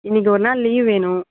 இன்னைக்கு ஒரு நாள் லீவ் வேணும்